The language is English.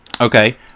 Okay